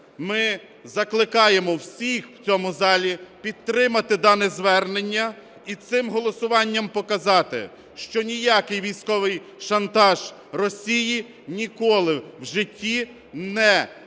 Ми закликаємо всіх у цьому залі підтримати дане звернення і цим голосуванням показати, що ніякий військовий шантаж Росії ніколи в житті не